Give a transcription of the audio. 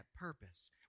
purpose